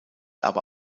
aber